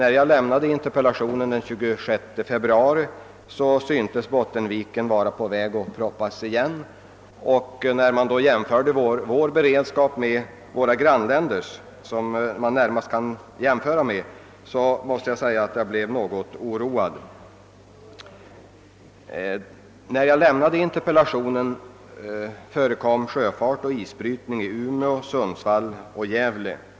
När jag framställde min interpellation den 26 februari syntes Bottenviken vara i färd att proppas igen, och jag blev något oroad, då jag i det läget jämförde vår isbrytarberedskap med våra grannländers. Det förekom då isbrytning och sjöfart bara på Umeå, Sundsvall och Gävle.